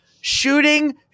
shooting